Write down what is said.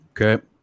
Okay